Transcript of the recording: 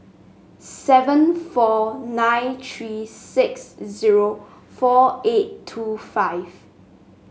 seven four nine three six zero four eight two five